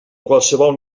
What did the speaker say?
qualsevol